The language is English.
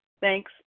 Thanks